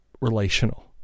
relational